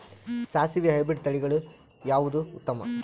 ಸಾಸಿವಿ ಹೈಬ್ರಿಡ್ ತಳಿಗಳ ಯಾವದು ಉತ್ತಮ?